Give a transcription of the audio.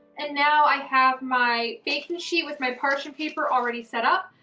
and now i have my baking sheet with my parchment paper already set up.